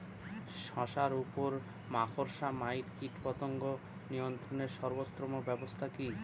শশার উপর মাকড়সা মাইট কীটপতঙ্গ নিয়ন্ত্রণের সর্বোত্তম ব্যবস্থা কি?